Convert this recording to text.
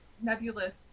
nebulous